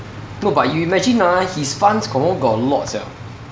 no but you imagine ah his funds confirm got a lot sia